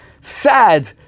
sad